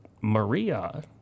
Maria